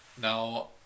now